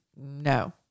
No